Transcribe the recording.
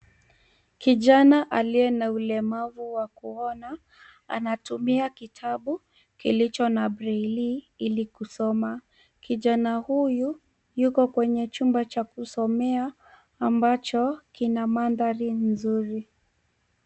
Kijana aliye na ulemavu wa kuona anatumia kitabu kilicho na breli ili kusoma. Kijana huyu yuko kwenye chumba cha kusomea ambacho kina mandhari nzuri.